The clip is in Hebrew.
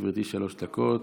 לרשותך, גברתי, שלוש דקות.